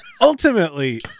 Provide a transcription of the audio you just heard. ultimately